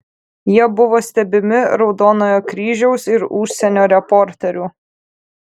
jie buvo stebimi raudonojo kryžiaus ir užsienio reporterių